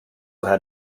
had